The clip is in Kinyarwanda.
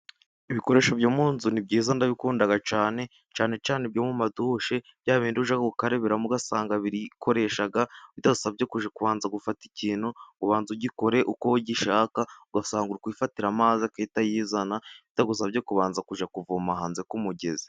Ibikoresho byo mu nzu ni byiza ndabikunda cyane. Cyane cyane ibyo muri dushe byabindi ujya gukarabiramo ugasanga birikoresha, bidasabye kubanza gufata ikintu, ngo ubanze ugikore uko ugishaka. Ugasanga uri kwifatira amazi agahita yizana, bitagusabye kubanza kujya kuvoma hanze ku mugezi.